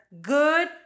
good